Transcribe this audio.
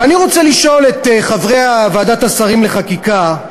ואני רוצה לשאול את חברי ועדת השרים לחקיקה,